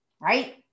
right